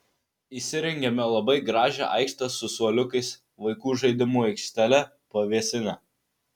įsirengėme labai gražią aikštę su suoliukais vaikų žaidimų aikštele pavėsine